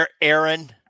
Aaron